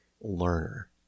learner